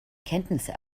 kenntnisse